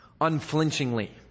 unflinchingly